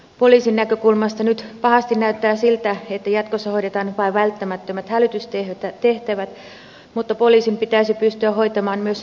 poliisin näkökulmasta nyt pahasti näyttää siltä että jatkossa hoidetaan vain välttämättömät hälytystehtävät mutta poliisin pitäisi pystyä hoitamaan myös ennalta ehkäisevää toimintaa